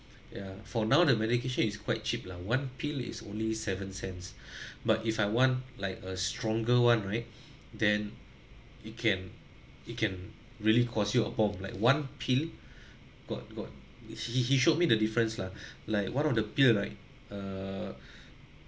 ya for now the medication is quite cheap lah one pill is only seven cents but if I want like a stronger one right then it can it can really cost you a bomb like one pill got got he he showed me the difference lah like one of pill like err